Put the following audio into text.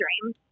dream